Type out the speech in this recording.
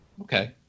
Okay